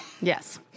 Yes